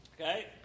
Okay